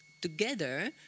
together